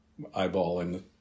eyeballing